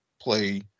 play